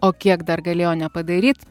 o kiek dar galėjo nepadaryt